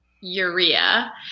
urea